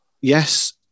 yes